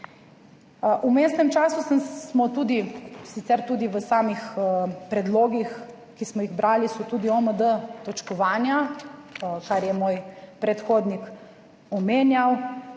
V vmesnem času smo tudi sicer tudi v samih predlogih, ki smo jih brali, so tudi OMD točkovanja, kar je moj predhodnik omenjal,